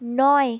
নয়